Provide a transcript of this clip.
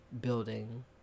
building